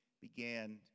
began